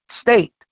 state